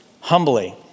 Humbly